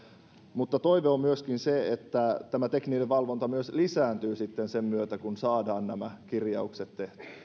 mutta toive on myöskin se että tämä tekninen valvonta myös lisääntyy sitten sen myötä kun saadaan nämä kirjaukset